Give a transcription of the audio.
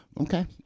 Okay